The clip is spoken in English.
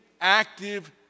active